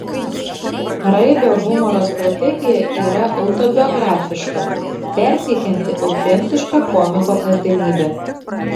raibio humoro strategija yra autobiografiška perteikianti autentišką komiko kasdienybę